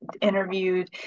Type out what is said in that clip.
interviewed